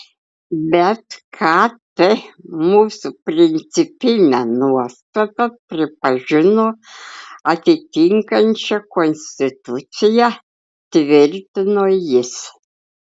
bet kt mūsų principinę nuostatą pripažino atitinkančia konstituciją tvirtino jis